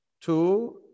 Two